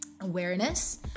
awareness